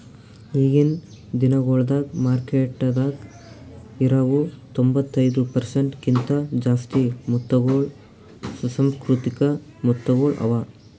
ಈಗಿನ್ ದಿನಗೊಳ್ದಾಗ್ ಮಾರ್ಕೆಟದಾಗ್ ಇರವು ತೊಂಬತ್ತೈದು ಪರ್ಸೆಂಟ್ ಕಿಂತ ಜಾಸ್ತಿ ಮುತ್ತಗೊಳ್ ಸುಸಂಸ್ಕೃತಿಕ ಮುತ್ತಗೊಳ್ ಅವಾ